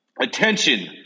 Attention